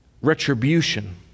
retribution